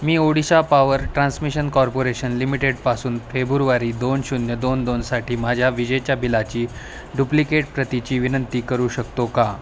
मी Odisha power transmission corporation लिमिटेडपासून फेबुर्वारी दोन शून्य दोन दोनसाठी माझ्या विजेच्या बिलाची डुप्लिकेट प्रतीची विनंती करू शकतो का